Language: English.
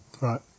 right